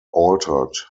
altered